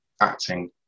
acting